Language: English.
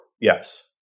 Yes